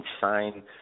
sign